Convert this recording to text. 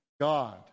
God